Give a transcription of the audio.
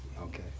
Okay